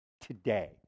today